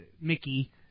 Mickey